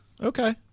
Okay